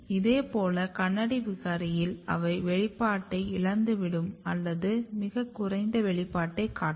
இதேபோல் KANADI விகாரியில் அவை வெளிப்பாட்டை இழந்துவிடும் அல்லது மிகக் குறைந்த வெளிப்பாட்டை காட்டும்